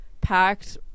packed